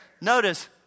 notice